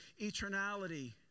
eternality